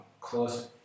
close